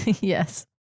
yes